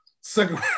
second